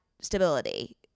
stability